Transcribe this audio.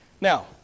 Now